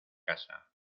casa